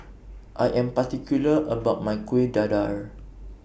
I Am particular about My Kueh Dadar